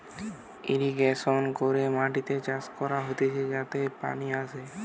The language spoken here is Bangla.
ইরিগেশন করে মাটিতে চাষ করা হতিছে যাতে পানি আসে